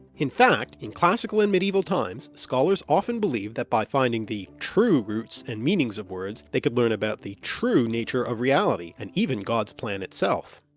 in fact, in classical and medieval times scholars often believed that by finding the true roots and meanings of words they could learn about the true nature of reality, and even god's plan itself.